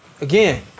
again